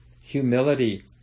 humility